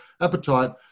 appetite